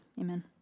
Amen